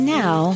now